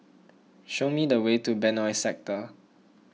show me the way to Benoi Sector